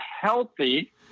healthy